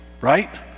right